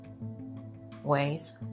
ways